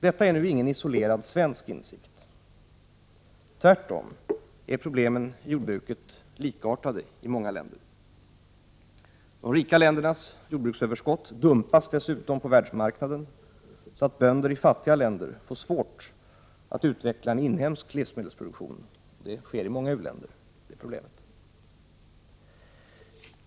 Det är ingen isolerad svensk insikt. Tvärtom är problemen inom jordbruket likartade i många länder. De rika ländernas jordbruksöverskott dumpas dessutom på världsmarknaden, så att bönder i fattiga länder får svårt att utveckla en inhemsk livsmedelsproduktion. Det problemet finns i många u-länder.